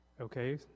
Okay